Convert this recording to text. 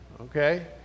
okay